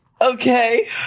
Okay